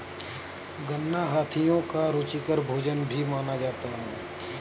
गन्ना हाथियों का रुचिकर भोजन भी माना जाता है